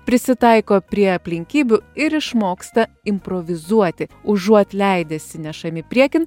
prisitaiko prie aplinkybių ir išmoksta improvizuoti užuot leidęsi nešami priekin